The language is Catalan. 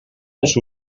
els